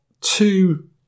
two